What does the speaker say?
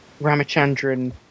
Ramachandran